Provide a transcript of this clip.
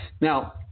Now